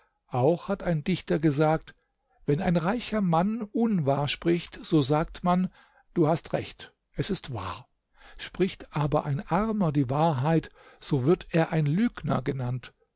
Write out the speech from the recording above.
auch hat ein dichter gesagt wenn ein reicher mann unwahr spricht so sagt man du hast recht es ist wahr spricht aber ein armer die wahrheit so wird er ein lügner genannt